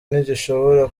ntigishobora